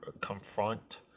confront